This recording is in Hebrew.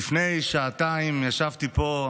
לפני שעתיים ישבתי פה.